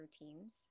routines